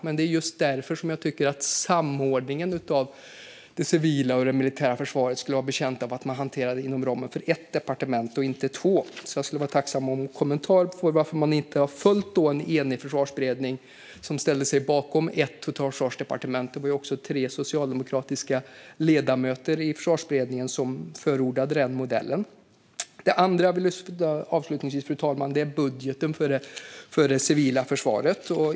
Det är just därför jag tycker att samordningen av det civila och det militära försvaret skulle vara betjänt av att hanteras inom ramen för ett departement och inte två. Jag skulle vara tacksam för en kommentar rörande varför man inte har följt en enig försvarsberedning, som ställde sig bakom ett totalförsvarsdepartement. Det var också tre socialdemokratiska ledamöter i Försvarsberedningen som förordade denna modell. Avslutningsvis, fru talman, vill jag tala om budgeten för det civila försvaret.